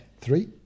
Three